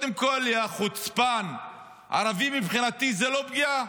קודם כול, יא חוצפן, ערבי מבחינתי זה לא פגיעה,